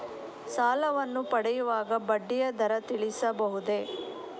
ಸಾಲವನ್ನು ಪಡೆಯುವಾಗ ಬಡ್ಡಿಯ ದರ ತಿಳಿಸಬಹುದೇ?